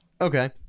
Okay